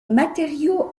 matériaux